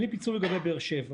בדוח אין לי פיצול לגבי באר שבע,